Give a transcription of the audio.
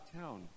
town